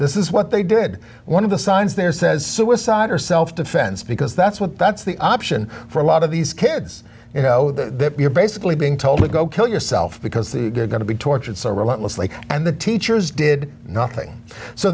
this is what they did one of the signs there says suicide or self defense because that's what that's the option for a lot of these kids you know that you're basically being told go kill yourself because the you're going to be tortured so relentlessly and the teachers did nothing so